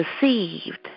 deceived